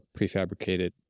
prefabricated